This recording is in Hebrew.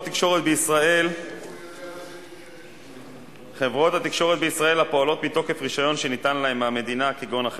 התשע"א 2011. נא להצביע בקריאה שלישית.